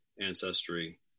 Ancestry